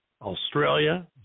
Australia